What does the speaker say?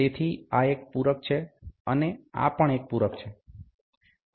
તેથી આ એક પૂરક છે અને આ પણ એક પૂરક છે